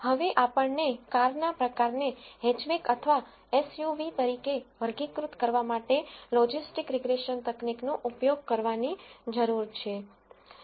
હવે આપણને કારના પ્રકારને હેચબેક અથવા એસયુવી તરીકે વર્ગીકૃત કરવા માટે લોજીસ્ટીક રીગ્રેસન તકનીકનો ઉપયોગ કરવાની જરૂર છે